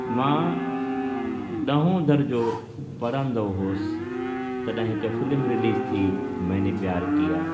मां ॾहों दर्जो पढ़ंदो हुउसि तॾहिं हिकु फ़्लिम रिलीज़ थी मैंने प्यार किया